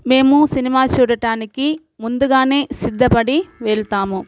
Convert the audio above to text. మేము సినిమా చూడటానికి ముందుగానే సిద్ధపడి వెళ్తాము